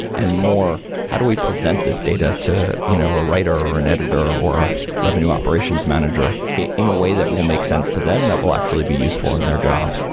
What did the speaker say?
and more, how do we present this data to you know a writer, or an editor or a revenue operations manager in a way that will make sense to them that will actually be useful in their job?